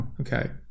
Okay